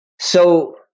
So-